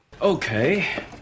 Okay